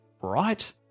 right